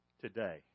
Today